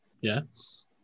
Yes